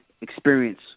experience